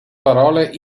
parole